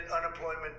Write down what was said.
unemployment